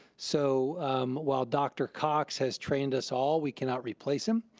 so while dr. cox has trained us all, we cannot replace him